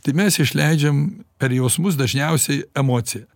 tai mes išleidžiam per jausmus dažniausiai emociją